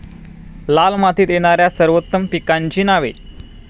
लाल मातीत येणाऱ्या सर्वोत्तम पिकांची नावे?